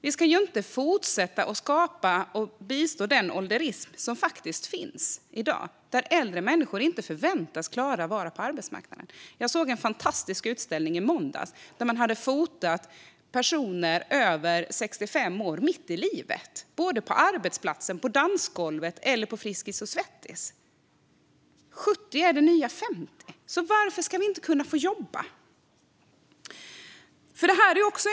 Vi ska inte fortsätta att bistå den ålderism som finns i dag, där äldre människor inte förväntas klara av att vara på arbetsmarknaden. Jag såg en fantastisk utställning i måndags där man hade fotat personer över 65 år mitt i livet, på arbetsplatser, på dansgolvet eller hos Friskis & Svettis. 70 är det nya 50. Varför ska vi inte få jobba?